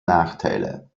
nachteile